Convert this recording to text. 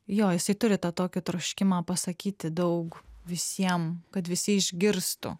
jo jisai turi tą tokį troškimą pasakyti daug visiem kad visi išgirstų